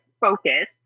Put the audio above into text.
focus